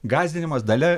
gąsdinimas dalia